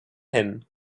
him